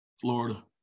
Florida